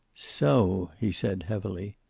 so he said, heavily,